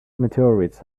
meteorites